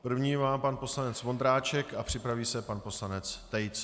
První má pan poslanec Vondráček a připraví se pan poslanec Tejc.